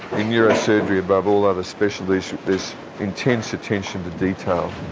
in neurosurgery, above all other specialties, there's intense attention to detail.